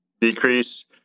decrease